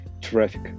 traffic